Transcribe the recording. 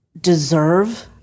deserve